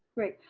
great.